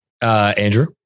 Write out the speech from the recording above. Andrew